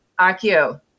Akio